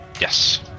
Yes